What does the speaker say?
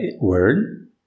word